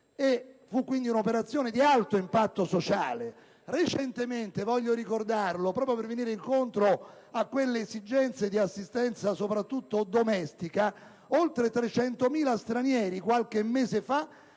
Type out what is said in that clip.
Fu quindi un'operazione di alto impatto sociale. Qualche mese fa, lo voglio ricordare, proprio per venire incontro a quelle esigenze di assistenza, soprattutto domestica, oltre 300.000 stranieri hanno potuto